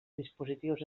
dispositius